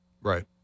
Right